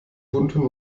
bunten